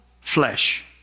flesh